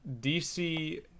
dc